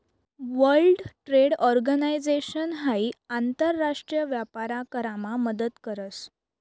world trade organisation हाई आंतर राष्ट्रीय व्यापार करामा मदत करस